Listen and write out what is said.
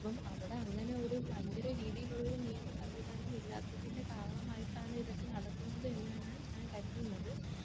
അപ്പം അവിടെ അങ്ങനെ ഒരു ഭയങ്കര രീതിയിലുള്ള ഒരു നിയമസംവിധാനം ഇല്ലാത്തതിൻ്റെ കാരണമായിട്ടാണ് ഇതൊക്കെ നടക്കുന്നതെന്നാണ് ഞാൻ കരുതുന്നത്